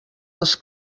les